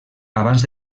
abans